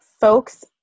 folks